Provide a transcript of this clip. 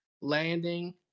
landing